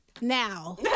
now